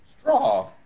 Straw